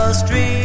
street